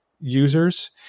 users